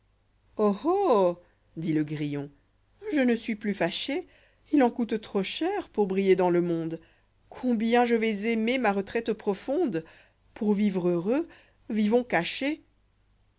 dit le grillon je ne suis plus fâché il en coûte trop cher pour briller dans le monde combien je vais aimer ma retraite profonde pour vivre heureux vivons caché